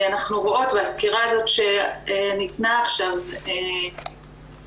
אנחנו רואות והסקירה שניתנה עכשיו מעידה